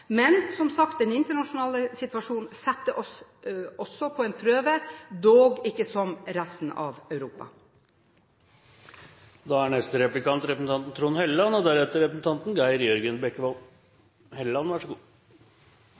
men – som sagt – den internasjonale situasjonen setter også oss på en prøve, dog ikke som resten av